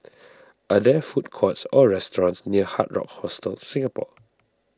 are there food courts or restaurants near Hard Rock Hostel Singapore